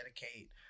dedicate